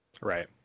Right